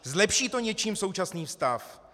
Zlepší to něčím současný stav?